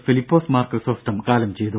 ഫിലിപ്പോസ് മാർ ക്രിസോസ്റ്റും കാലം ചെയ്തു